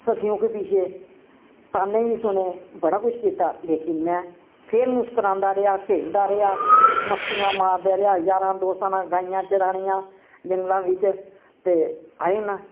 सखियों के पीछे ताहन्ने बी सुने बड़ा कुछ कीता लेकिन में फिर मुसकरांदा रेहा खेलदा रेहा मस्तियां मारदा रेहा यारां दोस्तां नाल गाइयां चरानियां जंगलां बिच्च ते आई जाना